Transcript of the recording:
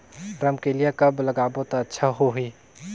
रमकेलिया कब लगाबो ता अच्छा होही?